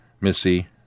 Missy